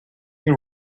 you